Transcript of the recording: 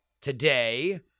today